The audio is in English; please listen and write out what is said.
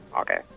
Okay